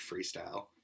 freestyle